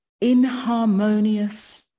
inharmonious